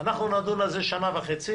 אנחנו נדון על זה שנה וחצי